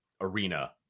arena